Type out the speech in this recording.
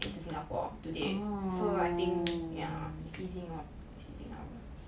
into singapore today so I think yeah it's easing lor it's easing now